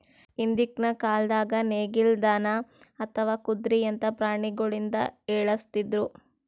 ಹಿಂದ್ಕಿನ್ ಕಾಲ್ದಾಗ ನೇಗಿಲ್, ದನಾ ಅಥವಾ ಕುದ್ರಿಯಂತಾ ಪ್ರಾಣಿಗೊಳಿಂದ ಎಳಸ್ತಿದ್ರು